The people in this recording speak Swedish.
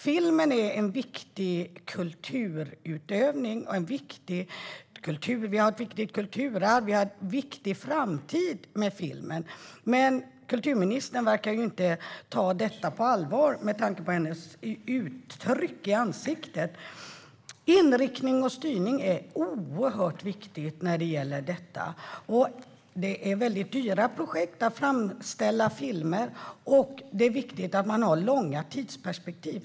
Filmen är en viktig kulturutövning och ett viktigt kulturarv. Vi har en viktig framtid med filmen. Men kulturministern verkar inte ta detta på allvar att döma av hennes uttryck i ansiktet. Inriktning och styrning är oerhört viktigt när det gäller detta. Det är dyra projekt att framställa filmer, och det är viktigt att man har långa tidsperspektiv.